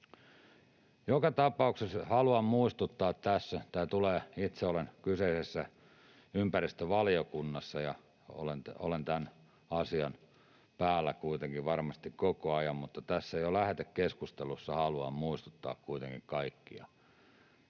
jätepakkarin kyytiin vähän useammin. Itse olen kyseisessä ympäristövaliokunnassa, ja olen tämän asian päällä kuitenkin varmasti koko ajan, mutta joka tapauksessa tässä jo lähetekeskustelussa haluan muistuttaa kuitenkin kaikkia: